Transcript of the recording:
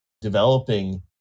developing